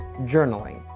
journaling